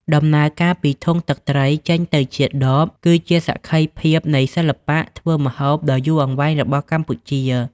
ដំណើរការពី ធុងទឹកត្រី ចេញទៅជា ដប គឺជាសក្ខីភាពនៃសិល្បៈធ្វើម្ហូបដ៏យូរអង្វែងរបស់កម្ពុជា។